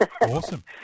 Awesome